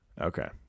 Okay